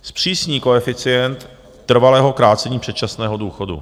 Zpřísní koeficient trvalého krácení předčasného důchodu.